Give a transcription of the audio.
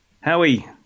Howie